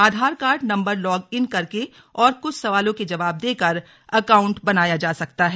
Aadhaar card number log in करके और कुछ सवालों के जवाब देकर अकाउंट बनाया जा सकता है